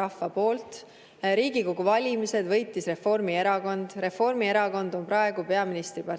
rahva poolt. Riigikogu valimised võitis Reformierakond, Reformierakond on praegu peaministripartei